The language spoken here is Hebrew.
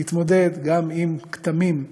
להתמודד גם עם כתמים.